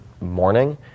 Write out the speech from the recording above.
morning